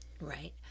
Right